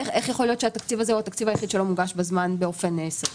איך יכול להיות שהתקציב הזה הוא התקציב היחיד שלא מוגש בזמן באופן סביר?